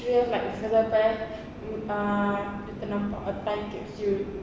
cuba like for example eh you ternampak a time capsule